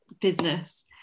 business